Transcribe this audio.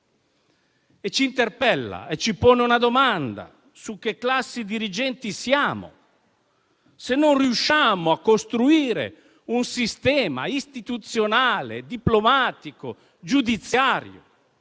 E ci interpella su che classi dirigenti siamo, se non riusciamo a costruire un sistema istituzionale, diplomatico, giudiziario